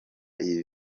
iyi